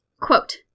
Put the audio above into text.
Quote